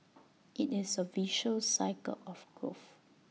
IT is A virtuous cycle of growth